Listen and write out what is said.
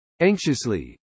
Anxiously